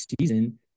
season